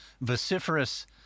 vociferous